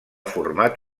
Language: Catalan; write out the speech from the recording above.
format